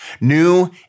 New